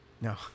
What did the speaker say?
No